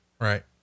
Right